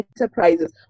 enterprises